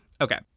okay